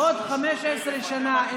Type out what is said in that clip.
בעוד 15 שנה,